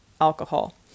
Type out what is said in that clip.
alcohol